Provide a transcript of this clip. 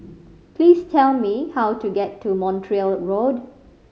please tell me how to get to Montreal Road